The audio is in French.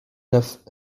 neuf